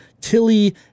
Tilly